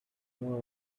drawer